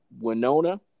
winona